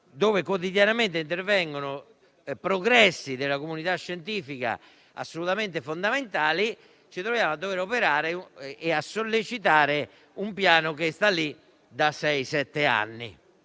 - quotidianamente intervengono progressi della comunità scientifica assolutamente fondamentali, e a dover operare e sollecitare un piano che giace da sei-sette